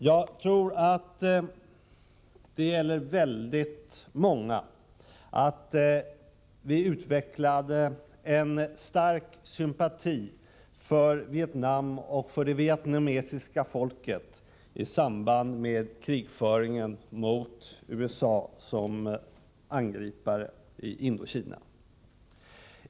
Jag tror — och det gäller väldigt många — att vi utvecklade en stark sympati för Vietnam och för det vietnamesiska folket i samband med Vietnams krigföring mot USA, när USA uppträdde som angripare i Indokina.